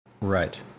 Right